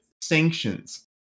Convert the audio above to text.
sanctions